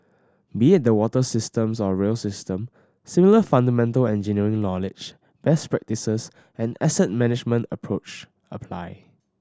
be it the water systems or rail system similar fundamental engineering knowledge best practices and asset management approached apply